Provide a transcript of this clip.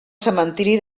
cementiri